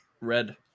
Red